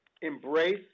embrace